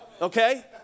Okay